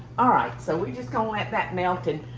alright. so. we just gonna let that melt, and